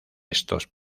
estos